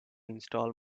install